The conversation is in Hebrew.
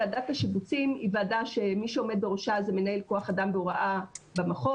ועדת השיבוצים היא ועדה שמי שעומד בראשה זה מנהל כוח אדם בהוראה במחוז.